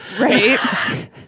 Right